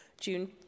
June